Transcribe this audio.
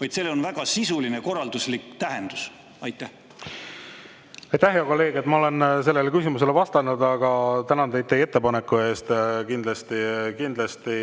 vaid sellel on väga sisuline korralduslik tähendus. Aitäh, hea kolleeg! Ma olen sellele küsimusele vastanud, aga tänan teid teie ettepaneku eest. Kindlasti